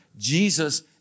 Jesus